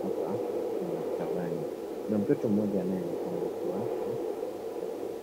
hapa labda ni maktabani. Kuma mtoto mmoja anayeonekana akiwa na down syndrome.